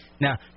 Now